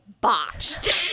botched